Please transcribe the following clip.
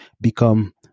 become